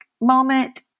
moment